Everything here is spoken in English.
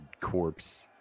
corpse